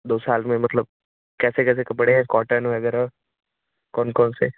दो साल में मतलब कैसे कैसे कपड़े हैं कॉटन वग़ैरह कौन कौन से